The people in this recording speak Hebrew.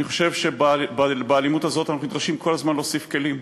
אני חושב שבאלימות הזאת אנחנו נדרשים כל הזמן להוסיף כלים.